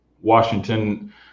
Washington